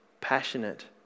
passionate